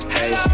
Hey